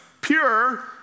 pure